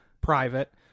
private